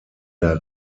der